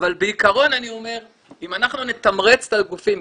אבל בעיקרון אני אומר שאם אנחנו נתמרץ את הגופים,